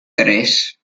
tres